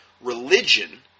religion